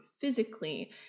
physically